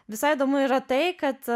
visai įdomu yra tai kad